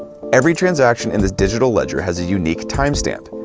every transaction in this digital ledger has a unique timestamp,